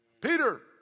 Peter